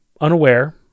unaware